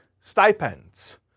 stipends